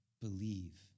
Believe